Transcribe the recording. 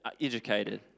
educated